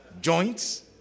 joints